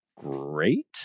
great